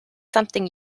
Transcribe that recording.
something